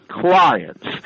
clients